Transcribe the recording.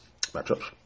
Matchups